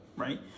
right